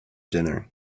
dinner